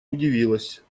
удивилась